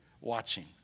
watching